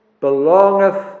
belongeth